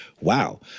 wow